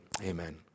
amen